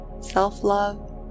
self-love